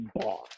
boss